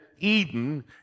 Eden